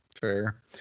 fair